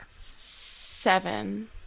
Seven